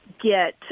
get